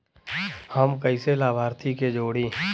हम कइसे लाभार्थी के जोड़ी?